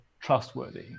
trustworthy